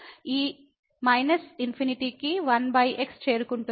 ఈ కి 1x చేరుకుంటుంది